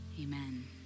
Amen